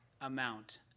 amount